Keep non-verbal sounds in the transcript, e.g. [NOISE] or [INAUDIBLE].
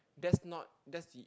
that's not that's [NOISE]